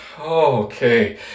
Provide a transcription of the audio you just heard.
Okay